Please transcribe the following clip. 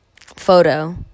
photo